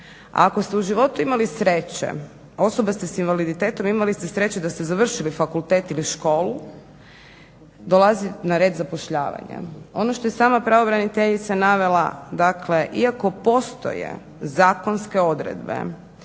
Ako ste u životu imali sreće, osoba ste s invaliditetom i imali ste sreće da ste završili fakultet ili školu, dolazi na red zapošljavanje. Ono što je i sama pravobraniteljica navela, dakle iako postoje zakonske odredbe